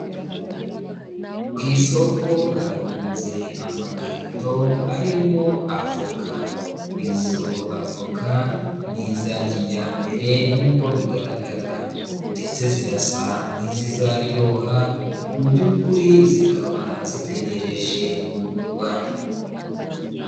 Ku isoko harunze amakarito arimo avoka. Izo avoka ni iza kijyambere nk'uko bigaragara ndetse zirasa nk'izizaryoha, mu by'ukuri zikaba zitegereje kugurwa.